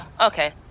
okay